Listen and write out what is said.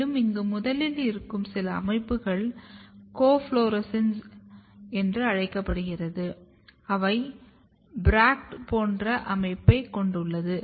மேலும் இங்கு முதலில் இருக்கும் சில அமைப்புகள் கோஃப்ளோரெசென்ஸ் என்று அழைக்கப்படுகின்றன அவை ப்ராக்ட் போன்ற அமைப்பைக் கொண்டுள்ளது